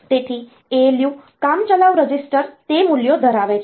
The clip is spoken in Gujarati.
તેથી ALU કામચલાઉ રજિસ્ટર તે મૂલ્યો ધરાવે છે